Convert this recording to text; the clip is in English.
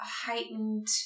heightened